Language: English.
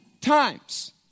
times